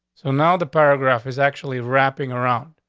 so now the paragraph is actually wrapping around.